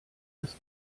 das